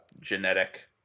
genetic